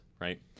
right